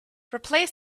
replace